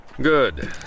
Good